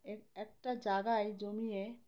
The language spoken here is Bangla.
এ একটা জায়গায় জমিয়ে